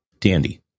Dandy